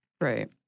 right